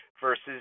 versus